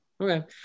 Okay